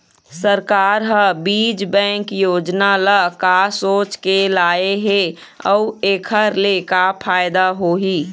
सरकार ह बीज बैंक योजना ल का सोचके लाए हे अउ एखर ले का फायदा होही?